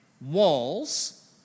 walls